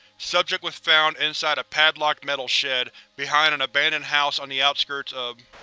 subject was found inside a padlocked metal shed, behind an abandoned house on the outskirts of.